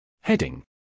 Heading